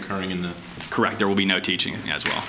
occurring in the correct there will be no teaching as well